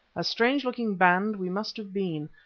a strange-looking band we must have been.